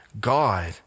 God